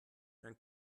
dann